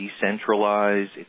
decentralized